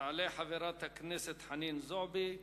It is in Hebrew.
תעלה חברת הכנסת חנין זועבי.